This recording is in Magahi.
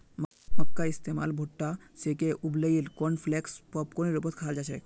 मक्कार इस्तमाल भुट्टा सेंके उबलई कॉर्नफलेक्स पॉपकार्नेर रूपत खाल जा छेक